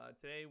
today